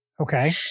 Okay